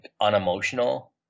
unemotional